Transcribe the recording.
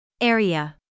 area